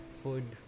food